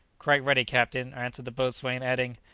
quite ready, captain, answered the boatswain, adding,